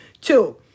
Two